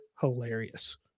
hilarious